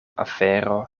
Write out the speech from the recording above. afero